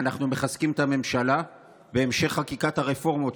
ואנחנו מחזקים את הממשלה בהמשך חקיקת הרפורמות.